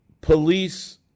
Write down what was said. police